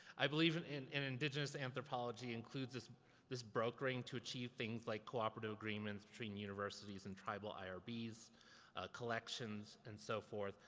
i believe and and and indigenous anthropology includes this this brokering, to achieve things like cooperative agreements between universities and tribal irbs, collections and so forth.